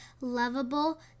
lovable